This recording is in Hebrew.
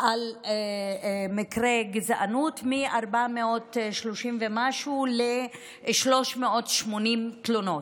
על מקרי גזענות, מ-430 ומשהו ל-380 תלונות.